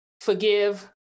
forgive